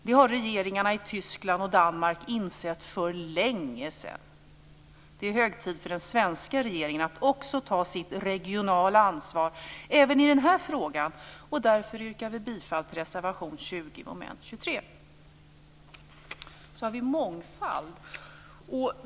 Det har regeringarna i Tyskland och Danmark för länge sedan insett. Det är hög tid också för den svenska regeringen att ta sitt regionala ansvar även i den här frågan. Därför yrkar vi bifall till reservation 20 under mom. 23. Sedan har vi mångfalden.